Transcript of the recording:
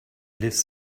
lives